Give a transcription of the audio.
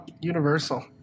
Universal